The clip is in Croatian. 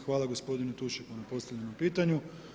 Hvala gospodinu Tušeku na postavljenom pitanju.